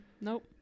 nope